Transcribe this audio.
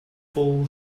full